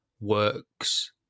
works